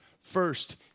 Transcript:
First